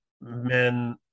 men